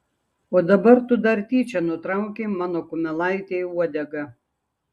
o dabar tu dar tyčia nutraukei mano kumelaitei uodegą